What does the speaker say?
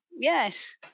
Yes